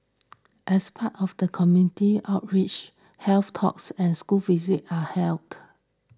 as part of community outreach health talks and school visits are held